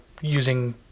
using